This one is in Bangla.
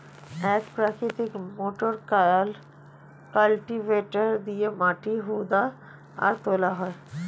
এক প্রকৃতির মোটর কালটিভেটর দিয়ে মাটি হুদা আর তোলা হয়